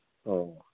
ꯑꯣ